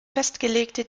festgelegte